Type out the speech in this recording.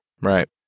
Right